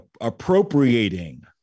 appropriating